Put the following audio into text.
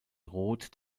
roth